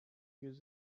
use